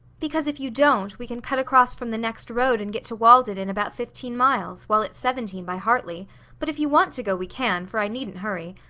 because if you don't, we can cut across from the next road and get to walden in about fifteen miles, while it's seventeen by hartley but if you want to go we can, for i needn't hurry.